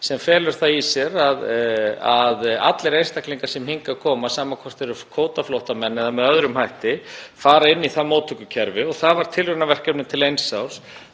sem felur það í sér að allir einstaklingar sem hingað koma, sama hvort þeir eru kvótaflóttamenn eða með öðrum hætti, fara inn í það móttökukerfi. Það var tilraunaverkefni til eins árs.